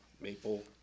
maple